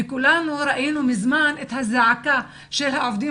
כולנו ראינו מזמן את הזעקה של העובדים